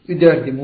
ವಿದ್ಯಾರ್ಥಿ 3